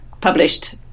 published